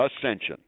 ascension